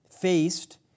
faced